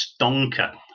stonker